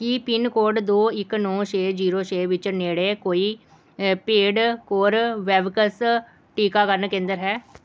ਕੀ pin code ਦੋ ਇੱਕ ਨੌਂ ਛੇ ਜ਼ੀਰੋ ਛੇ ਵਿੱਚ ਨੇੜੇ ਕੋਈ ਪੇਡ ਕੋਰਬੇਵੈਕਸ ਟੀਕਾਕਰਨ ਕੇਂਦਰ ਹੈ